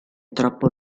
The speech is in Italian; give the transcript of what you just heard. troppo